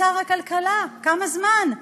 ושר הכלכלה, כמה זמן?